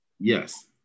Yes